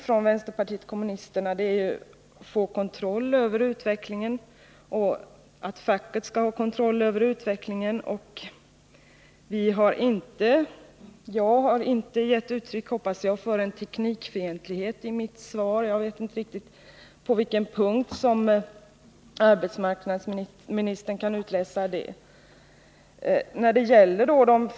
Vad vi inom vänsterpartiet kommunisterna vill är att facket skall få kontroll över utvecklingen. Jag hoppas att jag i mitt anförande inte gav uttryck för teknikfientlighet. Jag vet inte på vilken punkt i mitt anförande som arbetsmarknadsministern kunde utläsa någonting sådant.